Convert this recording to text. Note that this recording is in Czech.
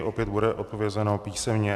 Opět bude odpovězeno písemně.